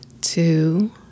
two